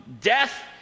death